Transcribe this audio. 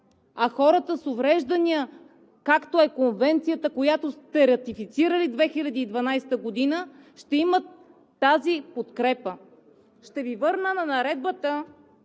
а хората с увреждания, както е Конвенцията, която сте ратифицирали 2012 г., ще имат тази подкрепа. Ще Ви върна на наредбата,